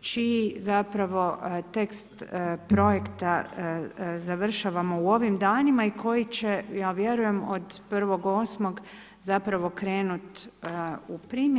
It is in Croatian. čiji zapravo tekst projekta završavamo u ovim danima i koji će, ja vjerujem, od 1.8. zapravo krenut u primjenu.